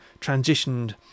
transitioned